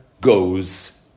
goes